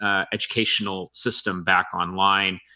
ah educational system back online.